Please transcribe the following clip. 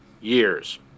years